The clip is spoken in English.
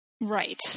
Right